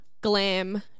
glam